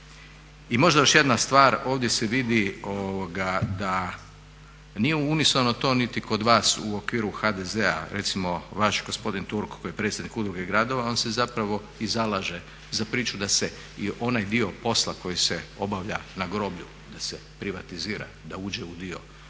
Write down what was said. I možda još jedna stvar, ovdje se vidi da nije …/Govornik se ne razumije./… to niti kod vas u okviru HDZ-a, recimo vaš gospodin Turko koje je predsjednik Udruge gradova on se zapravo i zalaže za priču da se i onaj dio posla koji se obavlja na groblju da se privatizira, da uđe u dio